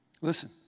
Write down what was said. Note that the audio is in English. Listen